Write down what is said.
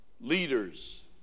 leaders